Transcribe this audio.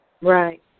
Right